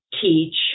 teach